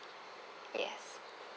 yes